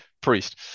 Priest